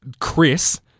Chris